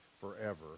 forever